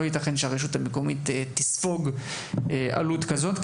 לא ייתכן שהרשות המקומית תספוג עלות כזאת.